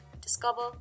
discover